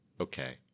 okay